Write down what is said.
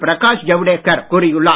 பிரகாஷ் ஜவடேகர் கூறியுள்ளார்